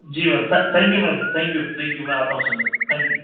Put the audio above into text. G ma'am thank you ma'am thank you thank you میں آتا ہوں سنڈے کو تھینک یو